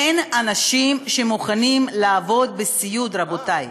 אין אנשים שמוכנים לעבוד בסיעוד, רבותי.